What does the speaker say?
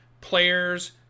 players